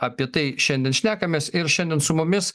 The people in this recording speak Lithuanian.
apie tai šiandien šnekamės ir šiandien su mumis